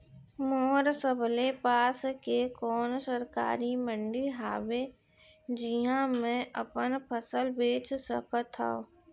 मोर सबले पास के कोन सरकारी मंडी हावे जिहां मैं अपन फसल बेच सकथव?